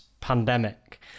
pandemic